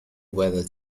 whether